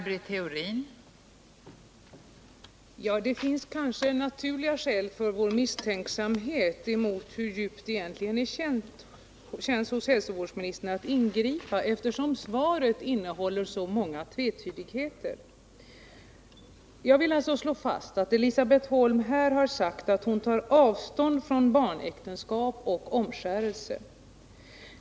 Fru talman! Det finns kanske naturliga skäl för vår misstänksamhet när det gäller hur djupt det egentligen känns hos hälsovårdsministern att ingripa, eftersom svaret innehåller så många tvetydigheter. Jag vill alltså slå fast att Elisabet Holm här har sagt att hon tar avstånd från barnäktenskap och omskärelse.